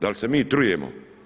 Da li se mi trujemo?